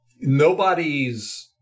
nobody's